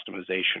customization